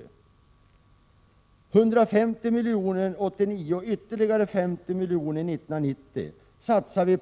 År 1989 satsas 150 milj.kr. och 1990 satsas ytterligare 50 milj.kr.